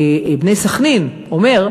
"בני סח'נין", אומר: